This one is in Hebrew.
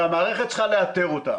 והמערכת צריכה לאתר אותם.